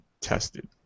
tested